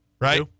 Right